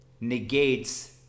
negates